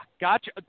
gotcha